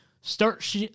Start